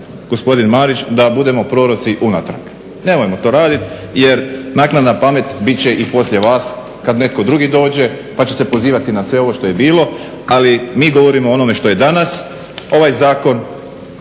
gospodin Marić da budemo proroci unatrag. Nemojmo to raditi jer naknadna pamet bit će i poslije vas kada netko drugi dođe pa će se pozivati na sve ovo što je bilo, ali mi govorimo o onome što je danas. Ovaj zakon